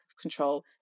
control